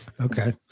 Okay